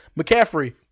McCaffrey